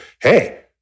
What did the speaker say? hey